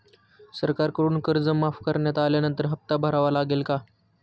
सरकारकडून कर्ज माफ करण्यात आल्यानंतर हप्ता भरावा लागेल का?